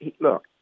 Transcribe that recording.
look